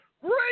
Great